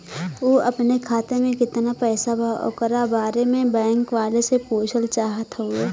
उ अपने खाते में कितना पैसा बा ओकरा बारे में बैंक वालें से पुछल चाहत हवे?